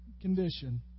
condition